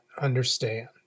understand